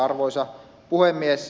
arvoisa puhemies